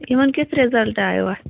یِمِن کٮُ۪تھ رِزَلٹ آیو اَتھ